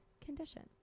condition